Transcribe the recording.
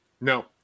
No